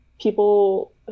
people